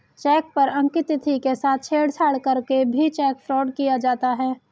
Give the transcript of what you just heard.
check पर अंकित तिथि के साथ छेड़छाड़ करके भी चेक फ्रॉड किया जाता है